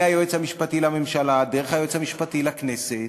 מהיועץ המשפטי לממשלה דרך היועץ המשפטי לכנסת